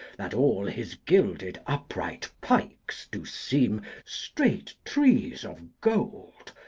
that all his guilded upright pikes do seem straight trees of gold,